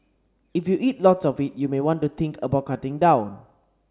if you eat lots of it you may want to think about cutting down